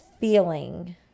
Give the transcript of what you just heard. feeling